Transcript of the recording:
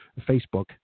Facebook